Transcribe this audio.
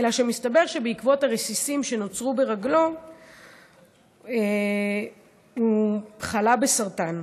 אלא מסתבר שבעקבות הרסיסים שנשארו ברגלו הוא חלה בסרטן.